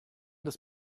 des